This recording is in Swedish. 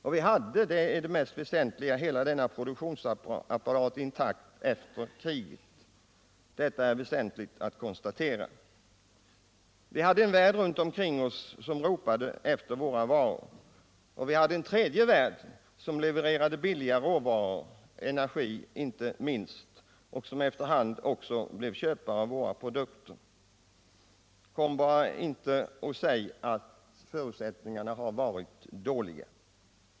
Och vi hade — det är det mest väsentliga — hela denna produktionsapparat intakt efter kriget. Det är väsentligt att konstatera detta. Vi hade en värld runt omkring oss som ropade efter våra varor, och vi hade en tredje "värld som levererade billiga råvaror, inte minst energi, och som efter hand också blev köpare av våra produkter. 'Kom bara inte och säg att förutsättningarna har varit dåliga!